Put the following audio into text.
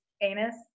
anus